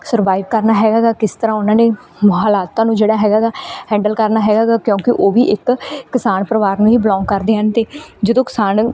survive ਕਰਨਾ ਹੈਗਾ ਗਾ ਕਿਸ ਤਰ੍ਹਾਂ ਉਹਨਾਂ ਨੇ ਹਾਲਾਤਾਂ ਨੂੰ ਜਿਹੜਾ ਹੈਗਾ ਗਾ ਹੈਂਡਲ ਕਰਨਾ ਹੈਗਾ ਗਾ ਕਿਉਂਕਿ ਉਹ ਵੀ ਇੱਕ ਕਿਸਾਨ ਪਰਿਵਾਰ ਨੂੰ ਹੀ ਬਿਲੋਂਗ ਕਰਦੇ ਹਨ ਅਤੇ ਜਦੋਂ ਕਿਸਾਨ